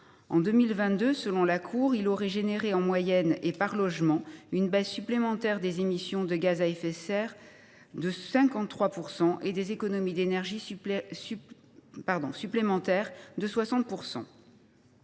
en 2022, selon la Cour, il aurait généré, « en moyenne et par logement, une baisse supplémentaire des émissions de gaz à effet de serre de 53 % et des économies d’énergie supplémentaires de 60